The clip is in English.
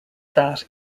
that